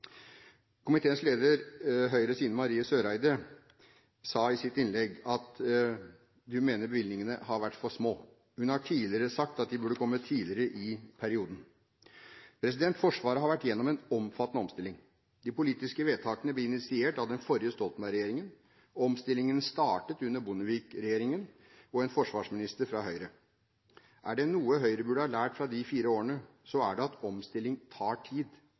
Komiteens leder, Ine M. Eriksen Søreide, fra Høyre sa i sitt innlegg at hun mener bevilgningene har vært for små. Hun har tidligere også sagt at de burde kommet tidligere i perioden. Forsvaret har vært gjennom en omfattende omstilling. De politiske vedtakene ble initiert av den forrige Stoltenberg-regjeringen. Omstillingen startet under Bondevik-regjeringen, med en forsvarsminister fra Høyre. Er det noe Høyre burde ha lært av de fire årene, så er det at omstilling tar tid,